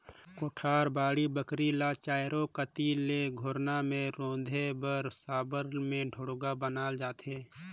कोठार, बाड़ी बखरी ल चाएरो कती ले घोरना मे रूधे बर साबर मे ढोड़गा खनल जाथे